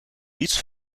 niets